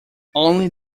only